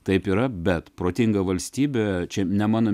taip yra bet protinga valstybė čia ne mano